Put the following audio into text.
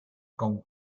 con